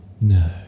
No